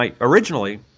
originally